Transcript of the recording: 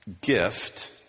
gift